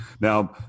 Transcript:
now